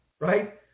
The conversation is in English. right